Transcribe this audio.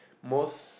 most